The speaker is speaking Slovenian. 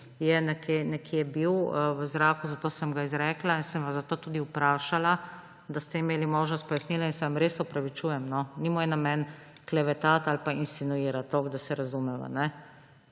bil nekje v zraku, zato sem ga izrekla. In sem vas zato tudi vprašala, da ste imeli možnost pojasnila. Se vam res opravičujem, ni moj namen klevetati ali pa insinuirati, toliko da se razumeva.